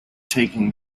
taken